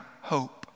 hope